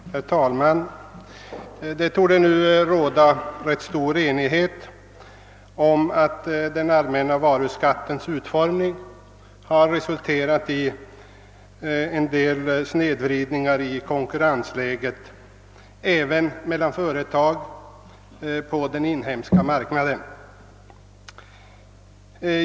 Herr talman! I riksdagen torde numera betydande enighet råda om att den allmänna varuskattens utformning har resulterat i icke önskvärda snedvridningar i konkurrenshänseende även mellan företag på den inhemska marknaden.